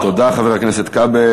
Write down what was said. תודה, חבר הכנסת כבל.